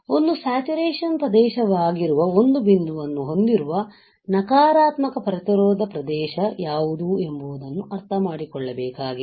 ಒಂದು ಸ್ಯಾಚುರೇಶನ್ ಪ್ರದೇಶವಾಗಿರುವ ಒಂದು ಬಿಂದುವನ್ನು ಹೊಂದಿರುವ ನಕಾರಾತ್ಮಕ ಪ್ರತಿರೋಧ ಪ್ರದೇಶ ಯಾವುದು ಎಂಬುದನ್ನು ಅರ್ಥಮಾಡಿಕೊಳ್ಳಬೇಕಾಗಿದೆ